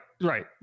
right